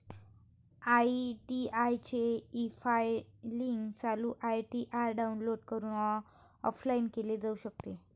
ITR चे efiling लागू ITR download करून ऑफलाइन केले जाऊ शकते